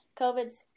COVID's